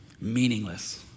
Meaningless